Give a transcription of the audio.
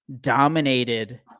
dominated